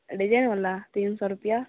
डिजाइनबला तीन सए रुपिआ